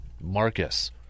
Marcus